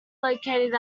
located